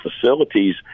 facilities